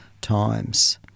times